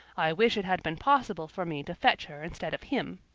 i wish it had been possible for me to fetch her instead of him.